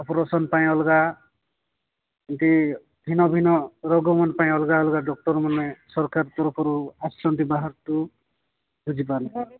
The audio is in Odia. ଅପରେସନ୍ ପାଇଁ ଅଲଗା କି ଭିନ୍ନ ଭିନ୍ନ ରୋଗମାନ ପାଇଁ ଅଲଗା ଅଲଗା ଡକ୍ଟରମାନେ ସରକାର ତରଫରୁ ଆସିଛନ୍ତି ବାହାରକୁ ବୁଝି ପାରିଲ